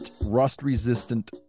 Rust-Resistant